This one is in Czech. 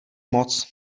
moc